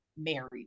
married